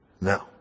No